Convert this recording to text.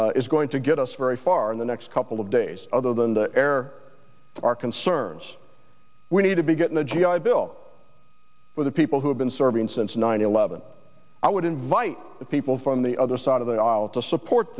that is going to get us very far in the next couple of days other than to air our concerns we need to begin a g i bill for the people who have been serving since nine eleven i would invite the people from the other side of the aisle to support